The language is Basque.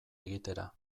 egitera